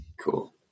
cool